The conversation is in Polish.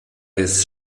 jest